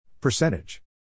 Percentage